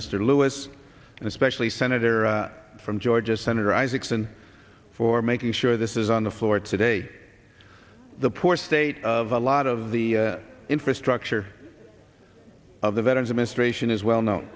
mr lewis especially senator from georgia senator isaacson for making sure this is on the floor today the poor state of a lot of the infrastructure of the veteran's administration is well know